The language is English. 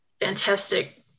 fantastic